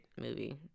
movie